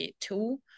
tool